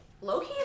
Loki